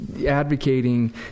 advocating